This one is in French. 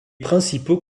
principaux